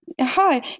Hi